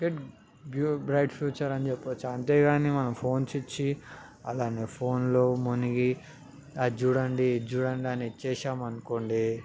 bright future అని చెప్పవచ్చు అంతేకానీ మనం ఫోన్స్ ఇచ్చి వాళ్ళని ఫోన్లో మునిగి అది చూడండి ఇది చూడండి అని ఇచ్చేసాం అనుకోండి